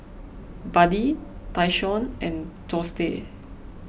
Buddy Tyshawn and Dorsey